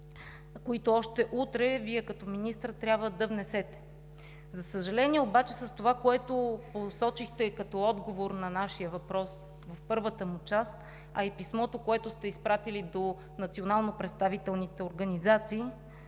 които още утре като министър Вие трябва да внесете. За съжаление обаче, с това, което посочихте като отговор на нашия въпрос в първата му част, а и писмото, което сте изпратили до национално представителните организации,